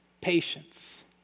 Patience